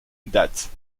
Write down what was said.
date